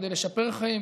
כדי לשפר חיים,